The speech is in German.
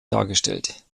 dargestellt